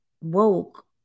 woke